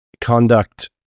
conduct